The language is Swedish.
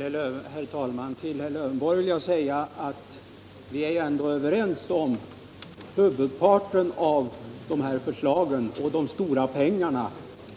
Herr talman! Till herr Lövenborg vill jag säga att vi är ju ändå överens om huvudparten av de här förslagen och de stora pengarna